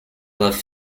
love